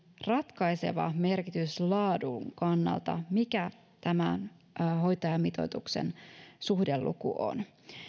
ratkaiseva merkitys laadun kannalta sillä mikä tämän hoitajamitoituksen suhdeluku on